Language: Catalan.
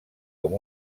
com